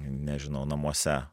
nežinau namuose